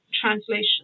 translation